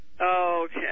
Okay